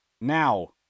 now